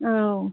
औ